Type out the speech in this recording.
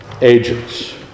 agents